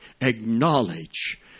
acknowledge